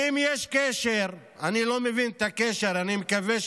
ואם יש קשר, אני לא מבין את הקשר, אני מקווה,